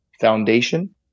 Foundation